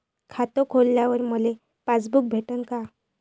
खातं खोलल्यावर मले पासबुक भेटन का?